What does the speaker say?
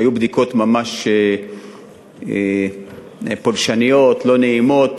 היו בדיקות ממש פולשניות, לא נעימות.